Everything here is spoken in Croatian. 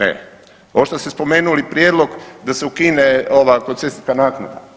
E, ovo što ste spomenuli prijedlog da se ukine ova koncesijska naknada.